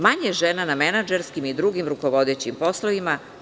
Manje je žena na menadžerskim i drugim rukovodećim poslovima.